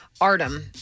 Artem